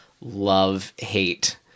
love-hate